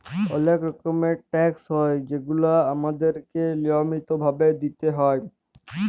অলেক রকমের ট্যাকস হ্যয় যেগুলা আমাদেরকে লিয়মিত ভাবে দিতেই হ্যয়